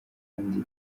kandi